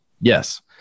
Yes